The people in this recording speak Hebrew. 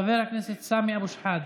חבר הכנסת סמי אבו שחאדה,